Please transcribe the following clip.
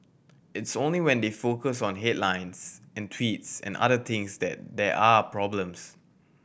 it's only when they focus on headlines and tweets and other things that there are problems